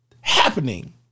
happening